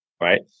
right